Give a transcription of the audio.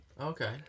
Okay